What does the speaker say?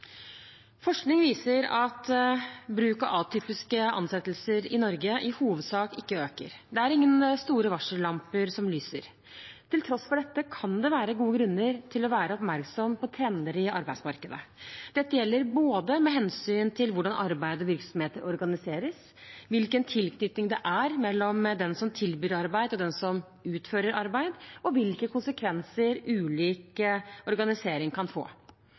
Forskning viser at bruk av atypiske ansettelser i Norge i hovedsak ikke øker. Det er ingen store varsellamper som lyser. Til tross for dette kan det være gode grunner til å være oppmerksom på trender i arbeidsmarkedet. Dette gjelder med hensyn til både hvordan arbeid og virksomheter organiseres, hvilken tilknytning det er mellom den som tilbyr arbeid og den som utfører arbeid, og hvilke konsekvenser ulik organisering kan få.